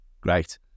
great